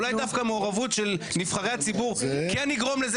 אולי דווקא המעורבות של נבחרי הציבור כן יגרום לזה